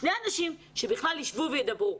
שני אנשים שבכלל ישבו וידברו.